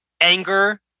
anger